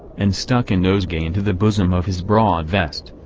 and stuck a nosegay into the bosom of his broad vest.